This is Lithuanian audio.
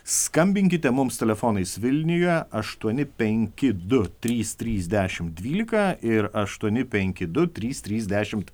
skambinkite mums telefonais vilniuje aštuoni penki du trys trys dešimt dvylika ir aštuoni penki du trys trys dešimt